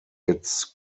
its